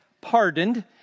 pardoned